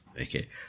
Okay